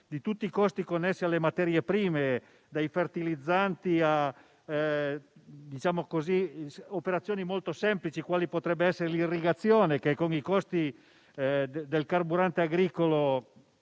di tutti i costi connessi alle materie prime (dai fertilizzanti ad operazioni molto semplici, quale potrebbe essere l'irrigazione, che con i costi del carburante agricolo